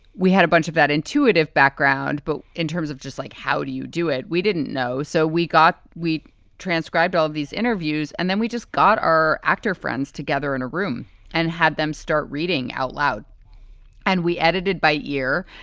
we had a bunch of that intuitive background. but in terms of just like how do you do it? we didn't know. so we got we transcribed all of these interviews and then we just got our actor friends together in a room and had them start reading outloud. and we edited by year.